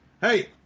hey